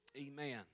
amen